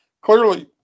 Clearly